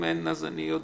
אם אין אני יודע.